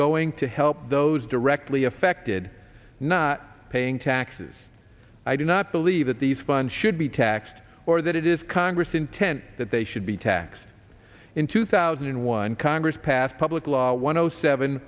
going to help those directly affected not paying taxes i do not believe that these funds should be taxed or that it is congress intent that they should be taxed in two thousand and one congress passed public law one o seven